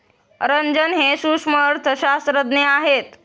रंजन हे सूक्ष्म अर्थशास्त्रज्ञ आहेत